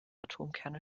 atomkerne